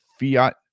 fiat